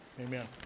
Amen